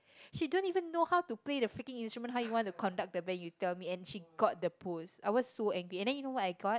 she don't even know how to play the freaking instrument how you want to conduct the band you tell me and she got the post I was so angry and then you know what I got